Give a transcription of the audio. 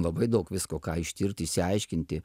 labai daug visko ką ištirti išsiaiškinti